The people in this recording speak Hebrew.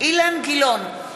אילן גילאון,